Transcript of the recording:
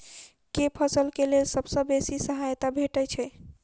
केँ फसल केँ लेल सबसँ बेसी सहायता भेटय छै?